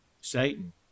Satan